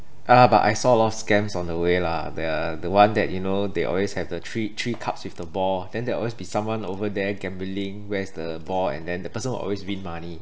uh but I saw a lot of scams on the way lah the the one that you know they always have the three three cups with the ball then there'll always be someone over their gambling where's the ball and then the person will always win money